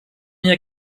hier